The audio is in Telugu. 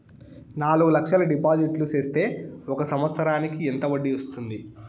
నాలుగు లక్షల డిపాజిట్లు సేస్తే ఒక సంవత్సరానికి ఎంత వడ్డీ వస్తుంది?